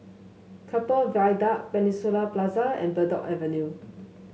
Keppel Viaduct Peninsula Plaza and Bridport Avenue